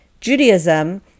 Judaism